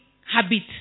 habit